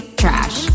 trash